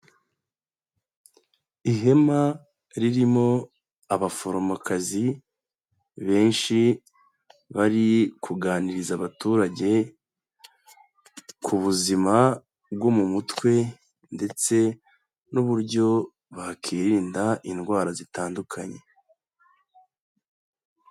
Ihema ririmo abaforomokazi benshi, bari kuganiriza abaturage ku buzima bwo mu mutwe, ndetse n'uburyo bakirinda indwara zitandukanye.